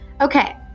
Okay